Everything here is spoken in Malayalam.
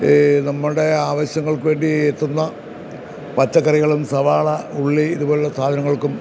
ഈ നമ്മളുടെ ആവശ്യങ്ങൾക്ക് വേണ്ടി എത്തുന്ന പച്ചക്കറികളും സവാള ഉള്ളി ഇതുപോലുള്ള സാധനങ്ങൾക്കും